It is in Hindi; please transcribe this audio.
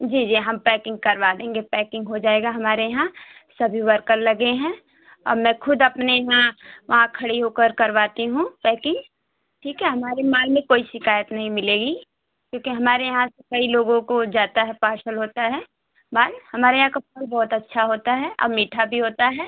जी जी हम पैकिंग करवा देंगे पैकिंग हो जाएगा हमारे यहाँ सभी वर्कर लगे हैं मैं खुद अपने यहाँ वहाँ खड़ी होकर करवाती हूँ पैकिंग ठीक है हमारे माल में कोई शिकायत नहीं मिलेगी क्योंकि हमारे यहाँ से कई लोगों को जाता है पार्सल होता है बाहर हमारे यहाँ का फल बहुत अच्छा होता है और मीठा भी होता है